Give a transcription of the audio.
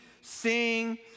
sing